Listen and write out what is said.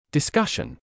Discussion